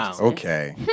Okay